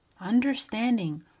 understanding